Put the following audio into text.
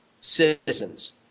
citizens